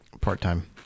Part-time